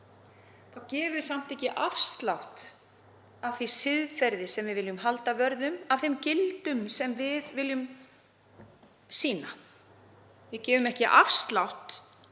gefum við samt ekki afslátt af því siðferði sem við viljum halda vörð um, afslátt af þeim gildum sem við viljum sýna. Við gefum ekki afslátt